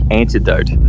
antidote